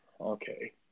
okay